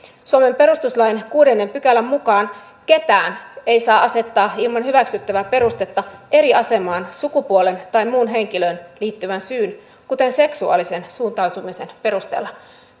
suomen perustuslain kuudennen pykälän mukaan ketään ei saa asettaa ilman hyväksyttävää perustetta eri asemaan sukupuolen tai muun henkilöön liittyvän syyn kuten seksuaalisen suuntautumisen perusteella